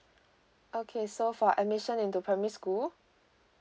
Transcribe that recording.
okay so for admission into primary school